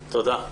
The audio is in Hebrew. תודה.